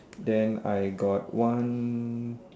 then I got one